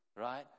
right